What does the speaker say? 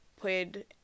played